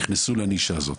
נכנסו לנישה הזאת,